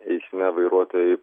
eisme vairuotojai